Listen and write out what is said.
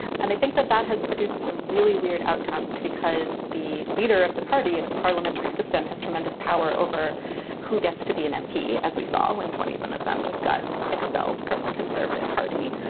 and i think that that has produced some really weird outcomes because the leader of the party in a parliamentary system has tremendous power over who gets to be an mp. as we saw when twenty one of them just got expelled from the conservative party.